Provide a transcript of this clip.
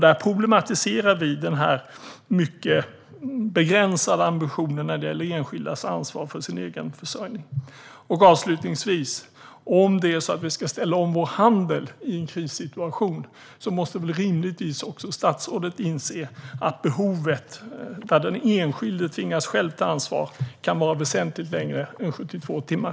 Där problematiserar vi den här mycket begränsade ambitionen när det gäller enskildas ansvar för sin egen försörjning. Om det är så att vi ska ställa om vår handel i en krissituation måste väl rimligtvis också statsrådet inse att den enskilde själv kan komma att tvingas ta ansvar under en väsentligt längre tid än 72 timmar.